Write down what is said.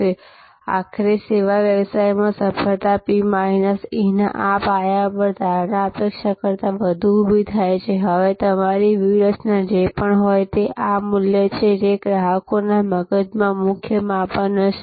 હવે આખરે સેવા વ્યવસાયમાં સફળતા p માઈનસ eના આ પાયા પર ધારણા અપેક્ષા કરતાં વધુ ઊભી થાય છે હવે તમારી વ્યૂહરચના જે પણ હોઈ તે આ મૂલ્ય છે જે ગ્રાહકોના મગજમાં મુખ્ય માપન હશે